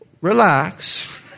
relax